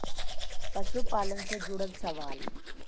पशुपालन से जुड़ल सवाल?